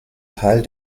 teil